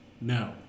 No